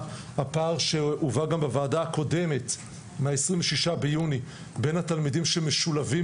הפער שהובא גם בוועדה הקודמת מה-26 ביוני בין התלמידים שמשולבים